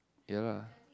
ya lah